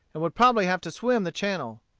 and would probably have to swim the channel.